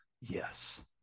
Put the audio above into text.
Yes